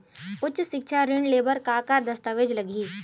उच्च सिक्छा ऋण ले बर का का दस्तावेज लगही?